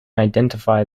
identify